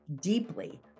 deeply